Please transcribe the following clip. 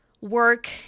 work